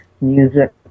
music